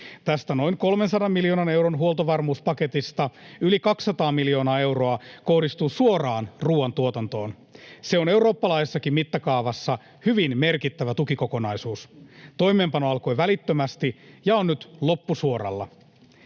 Tästä noin 300 miljoonan euron huoltovarmuuspaketista yli 200 miljoonaa euroa kohdistuu suoraan ruuantuotantoon. Se on eurooppalaisessakin mittakaavassa hyvin merkittävä tukikokonaisuus. Toimeenpano alkoi välittömästi ja on nyt loppusuoralla.